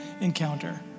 encounter